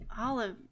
Olive